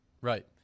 right